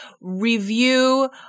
review